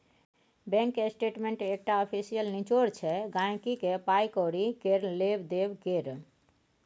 bank statement एकटा official निचोड़ छै गांहिकी केर पाइ कौड़ी केर लेब देब केर